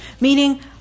Meaning